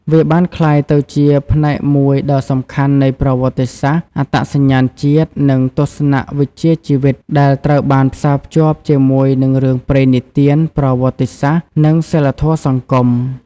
វាបានក្លាយទៅជាផ្នែកមួយដ៏សំខាន់នៃប្រវត្តិសាស្ត្រ អត្តសញ្ញាណជាតិ និង ទស្សនវិជ្ជាជីវិត ដែលត្រូវបានផ្សារភ្ជាប់ជាមួយនឹងរឿងព្រេងនិទាន ប្រវត្តិសាស្ត្រ និងសីលធម៌សង្គម។